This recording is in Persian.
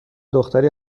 دختری